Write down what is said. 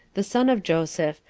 the son of joseph,